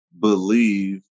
believe